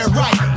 right